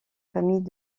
famille